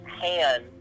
hand